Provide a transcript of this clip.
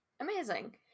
Amazing